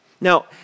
Now